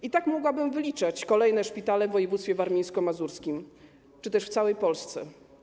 I tak mogłabym wyliczać kolejne szpitale w województwie warmińsko-mazurskim czy też w całej Polsce.